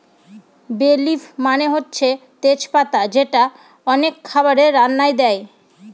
বে লিফ মানে হচ্ছে তেজ পাতা যেটা অনেক খাবারের রান্নায় দেয়